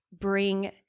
bring